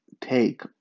take